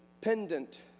pendant